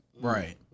Right